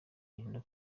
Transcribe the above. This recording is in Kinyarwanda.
yirinda